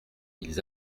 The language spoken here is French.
ils